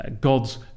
God's